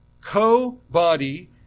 co-body